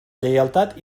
lleialtat